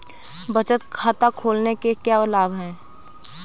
बचत खाता खोलने के क्या लाभ हैं?